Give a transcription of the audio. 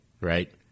right—